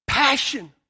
Passion